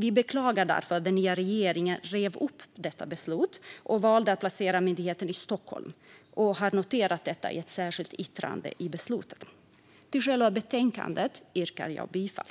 Vi beklagar att den nya regeringen har rivit upp detta beslut och valt att placera myndigheten i Stockholm, och vi har noterat det i ett särskilt yttrande i betänkandet. Jag yrkar bifall